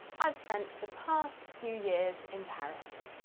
i've spent the past few years in paris.